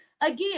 Again